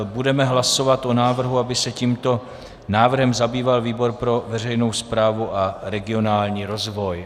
Budeme hlasovat o návrhu, aby se tímto návrhem zabýval výbor pro veřejnou správu a regionální rozvoj.